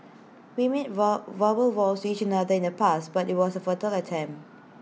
we made verbal vows to each other in the past but IT was A futile attempt